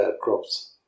crops